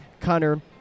Connor